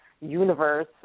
universe